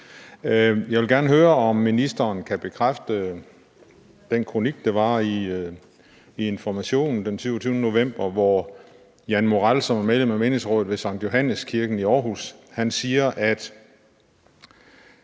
Jeg vil gerne høre, om ministeren kan bekræfte det, der står i den kronik, der var i Information den 27. november, hvor Jan Morell, som er medlem af menighedsrådet ved Skt. Johannes Kirken i Aarhus, siger: